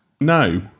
No